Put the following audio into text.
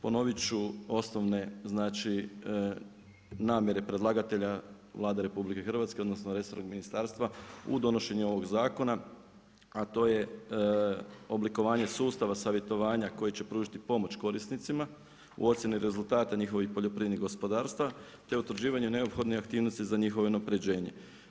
Ponoviti ću osnovne, znači, namjere predlagatelja Vlade RH, odnosno, resornog ministarstva u donošenju ovog zakona, a to je oblikovanje sustava savjetovanja koje će pružiti pomoć korisnicima u ocijeni rezultata njihovih poljoprivrednih gospodarstava, te utvrđivanje neophodne aktivnosti za njihovo unapređenje.